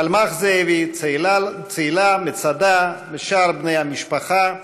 פלמח זאבי, צאלה, מצדה ושאר בני המשפחה,